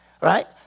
right